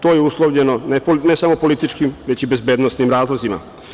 To je uslovljeno ne samo političkim već i bezbednosnim razlozima.